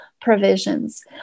provisions